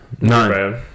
None